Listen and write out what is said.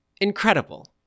Incredible